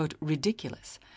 ridiculous